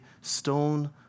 stone